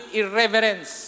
irreverence